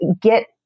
get